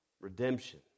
redemption